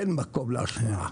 אין מקום להשוואה.